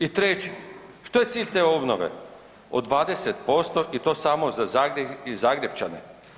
I treće, što je cilj te obnove od 20% i to samo za Zagreb i Zagrepčane?